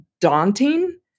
daunting